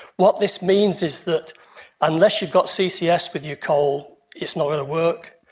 what this means is that unless you've got ccs with your coal, it's not going to work,